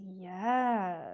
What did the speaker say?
Yes